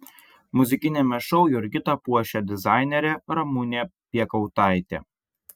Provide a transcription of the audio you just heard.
muzikiniame šou jurgitą puošia dizainerė ramunė piekautaitė